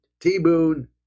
T-Boone